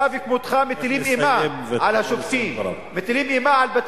אתה וכמותך מטילים אימה על השופטים, נא לסיים.